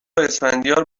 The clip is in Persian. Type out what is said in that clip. اسفندیار